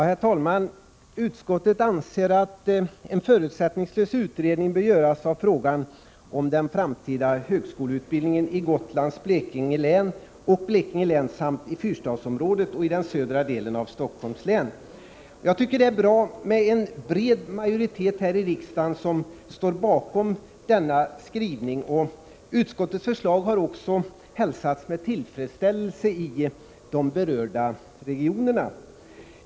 Herr talman! Utskottet anser att en förutsättningslös utredning bör göras av frågan om den framtida högskoleutbildningen i Gotlands och Blekinge län samt i ”fyrstadsområdet” och i den södra delen av Stockholms län. Jag tycker att det är bra att en bred majoritet här i riksdagen står bakom denna skrivning. Utskottets förslag har också hälsats med tillfredsställelse i de berörda regionerna.